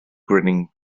grinning